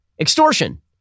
Extortion